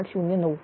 00 30809